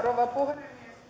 rouva puhemies minusta